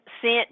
sent